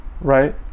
Right